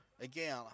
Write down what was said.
again